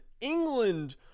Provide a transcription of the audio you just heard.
England